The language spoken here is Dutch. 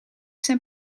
zijn